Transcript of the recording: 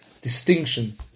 distinction